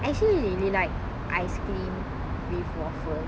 I actually really like ice cream with waffle